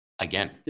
Again